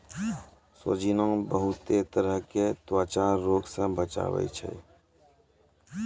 सोजीना बहुते तरह के त्वचा रोग से बचावै छै